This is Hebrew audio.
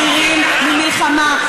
אוסלו, כן, אנחנו אלה שמזהירים ממלחמה.